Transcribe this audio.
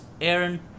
Aaron